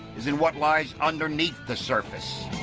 is in what lies underneath the surface.